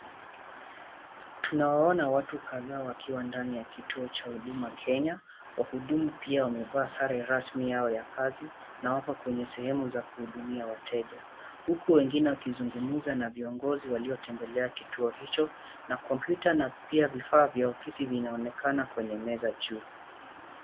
Tunaona watu kadhaa wakiwa ndani ya kituo cha huduma Kenya. Wahudumu pia wamevaa sare rasmi yao za kazi wakiweza kuhudumia wateja huku wengine wakizungumza na viongozi waliotembelea kituo hicho. Kompyuta na pia vifaa vya ofisi vinaonekana kwenye meza juu.